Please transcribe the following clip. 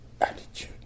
attitude